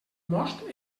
most